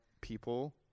people